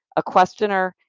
a questioner,